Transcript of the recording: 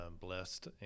blessed